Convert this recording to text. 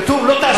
כתוב: לא תעשו,